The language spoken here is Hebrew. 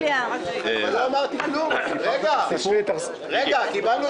אתה אחר כך, עכשיו קארין.